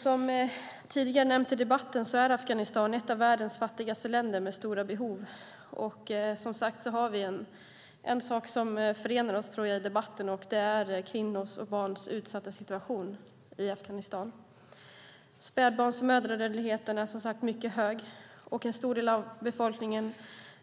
Som tidigare nämnts i debatten är Afghanistan ett av världens fattigaste länder med stora behov. Jag tror att en sak som förenar oss i debatten är synen på kvinnors och barns utsatta situation i Afghanistan. Spädbarns och mödradödligheten är som sagt mycket hög. En stor del av befolkningen